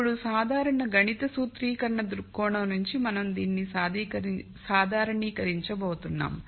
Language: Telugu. ఇప్పుడు సాధారణ గణిత సూత్రీకరణ దృక్కోణం నుండి మనం దీనిని సాధారణీకరించబోతున్నాము